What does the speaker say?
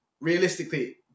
realistically